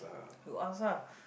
you ask ah